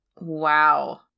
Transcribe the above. Wow